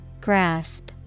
Grasp